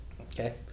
Okay